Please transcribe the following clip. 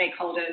stakeholders